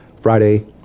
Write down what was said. friday